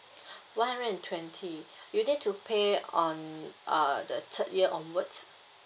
one hundred and twenty you need to pay on uh the third year onwards